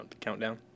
Countdown